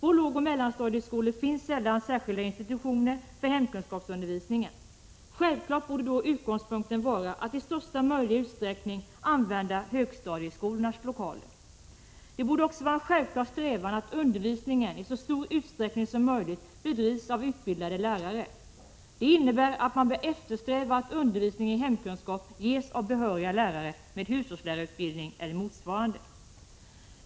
På lågoch mellanstadieskolor finns sällan särskilda institutioner för hemkunskapsundervisningen. Självfallet borde då utgångspunkten vara att i största möjliga utsträckning använda högstadieskolornas lokaler. Det borde också vara en självklar strävan att undervisningen i så stor utsträckning som möjligt bedrivs av utbildade lärare. Det innebär att man bör eftersträva att undervisning i hemkunskap ges av behöriga lärare med hushållslärarutbildning eller motsvarande.